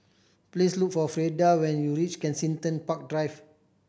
please look for Freida when you reach Kensington Park Drive